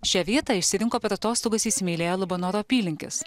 šią vietą išsirinko per atostogas įsimylėję labanoro apylinkes